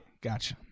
gotcha